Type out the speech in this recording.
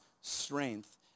strength